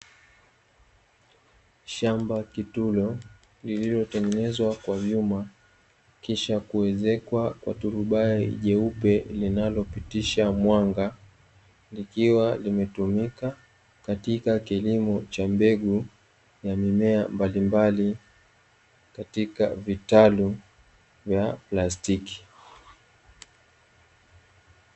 Shamba kitulo lililotengenezwa kwa vyuma, kisha kuezekwa turubai jeupe linalopitisha mwanga, likiwa limetumika katika kilimo cha mbegu na mimea mbalimbali katika vitalu vya plastiki.